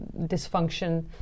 dysfunction